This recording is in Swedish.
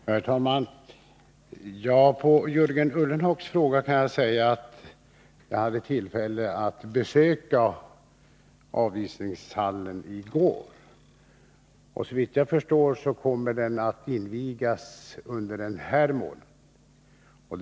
Herr talman! Jag kan på Jörgen Ullenhags fråga svara, att jag hade tillfälle att besöka avisningshallen i går. Såvitt jag förstår kommer den att invigas under den här månaden.